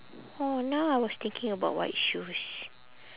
oh now I was thinking about white shoes